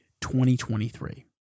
2023